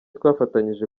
twafatanyije